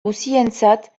guztientzat